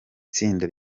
tsinda